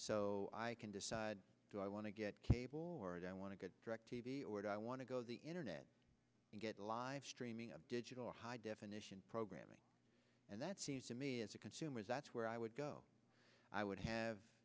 so i can decide do i want to get cable or do i want to get directv or do i want to go to the internet and get a live streaming of digital or high definition programming and that seems to me as a consumer that's where i would go i would have